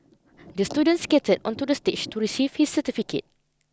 the student skated onto the stage to receive his certificate